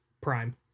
prime